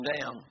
down